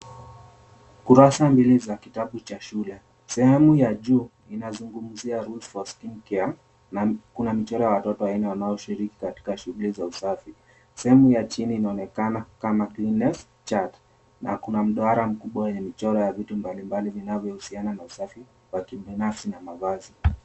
Kurasa mbili za kitabu cha shule. Sehemu ya juu inazungumzia rules for skin care na kuna michoro ya watoto wanne wanaoshiriki katika shugli za usafi. Sehemu ya chini inaonekana kama, Cleanliness Chart, na kuna mduara mkubwa wenye michoro ya vitu mbali mbali vinavyohusiana na usafi wa kibinafsi na mavazi.